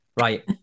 Right